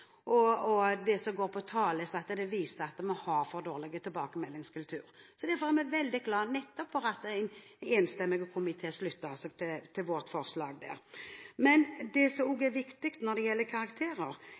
som viser at vi har for dårlig tilbakemeldingskultur. Derfor er vi veldig glad for at en enstemmig komtié slutter seg til det forslaget vårt. Det som også er viktig med tanke på karakterer, er at det gir en mye mer treffsikker tilbakemelding til elever, foreldre og